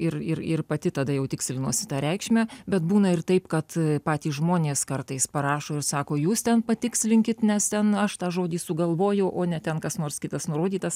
ir ir ir pati tada jau tikslinuosi tą reikšmę bet būna ir taip kad patys žmonės kartais parašo ir sako jūs ten patikslinkit nes ten aš tą žodį sugalvojau o ne ten kas nors kitas nurodytas